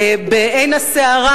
בעין הסערה,